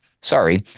sorry